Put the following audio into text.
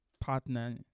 partner